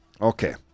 Okay